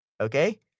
Okay